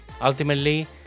ultimately